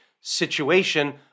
situation